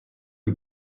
die